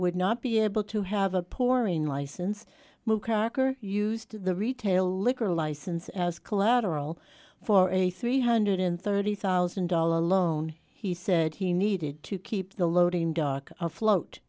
would not be able to have a poor in license more cracker used the retail liquor license as collateral for a three hundred and thirty thousand dollar loan he said he needed to keep the loading dock afloat